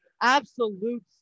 Absolute